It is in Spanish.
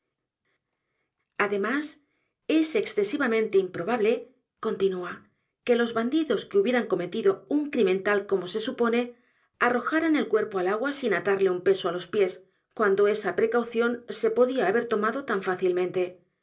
además es excesivamente improbable continúa que los bandidos que hubieran cometido un crimen tal como se supone arrojaran el cuerpo al a g u a sin atarle u n peso á los pies cuando esa precaución se podía h a ber tomado tan fácilmente